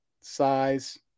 size